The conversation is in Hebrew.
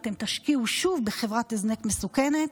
אם אתם תשקיעו שוב בחברת הזנק מסוכנת,